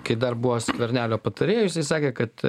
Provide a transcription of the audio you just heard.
kai dar buvo skvernelio patarėjui jisai sakė kad